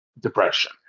depression